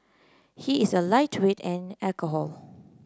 he is a lightweight an alcohol